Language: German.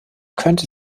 könnte